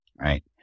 Right